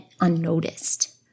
unnoticed